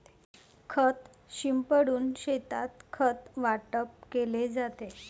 खत शिंपडून शेतात खत वाटप केले जाते